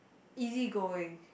easy going